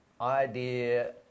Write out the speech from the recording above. idea